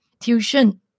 tuition